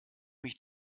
mich